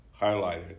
highlighted